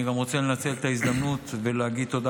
אני גם רוצה לנצל את ההזדמנות ולהגיד תודה